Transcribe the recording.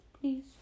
please